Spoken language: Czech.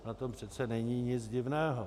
Na tom přece není nic divného.